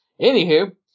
anywho